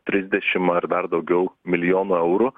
trisdešim ar dar daugiau milijonų eurų